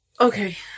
Okay